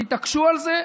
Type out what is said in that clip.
תתעקשו על זה.